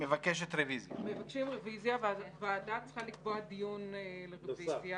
מבקשים רביזיה, והוועדה צריכה לקבוע דיון לרביזיה.